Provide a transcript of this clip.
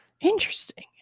Interesting